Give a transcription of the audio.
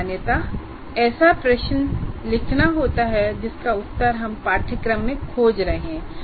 सामान्यतया ऐसा प्रश्न लिखना अच्छा होता है जिसका उत्तर हम पाठ्यक्रम में खोज रहे हैं